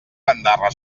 bandarra